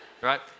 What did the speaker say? right